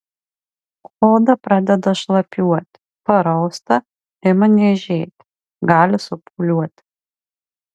oda pradeda šlapiuoti parausta ima niežėti gali supūliuoti